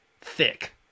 thick